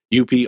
UP